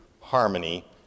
harmony